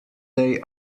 they